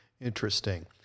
Interesting